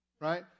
Right